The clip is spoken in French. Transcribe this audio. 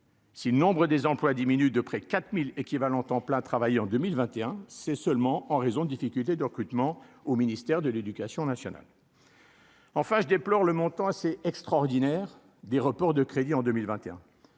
Si le nombre des emplois diminuent de près quatre 1000 et qui va longtemps plein travailler en 2021, c'est seulement en raison de difficultés de recrutement au ministère de l'Éducation nationale. Enfin, je déplore le montant assez extraordinaire des reports de crédits en 2021,